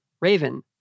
Raven